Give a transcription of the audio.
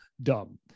dumb